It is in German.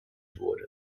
wurde